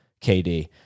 KD